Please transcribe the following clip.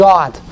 God